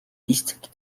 district